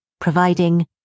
providing